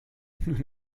nous